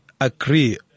agree